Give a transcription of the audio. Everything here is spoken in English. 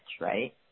right